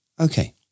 Okay